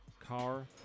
car